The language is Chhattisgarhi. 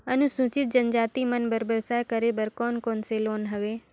अनुसूचित जनजाति मन बर व्यवसाय करे बर कौन कौन से लोन हवे?